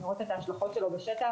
לראות את ההשלכות שלו בשטח